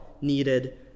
needed